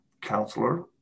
counselor